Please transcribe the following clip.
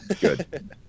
good